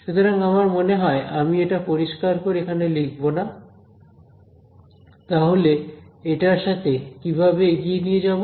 সুতরাং আমার মনে হয় আমি এটা পরিষ্কার করে এখানে লিখব না তাহলে এটার সাথে কিভাবে এগিয়ে নিয়ে যাব